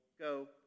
go